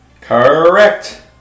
Correct